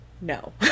No